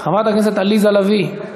חברת הכנסת עליזה לביא,